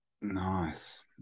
Nice